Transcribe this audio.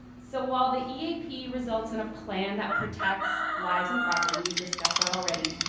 so while the eap results in a plan that protects lives and property, we discussed that already,